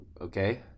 Okay